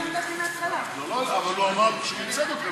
הוא אמר שיהיה בסדר,